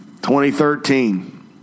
2013